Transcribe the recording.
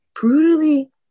brutally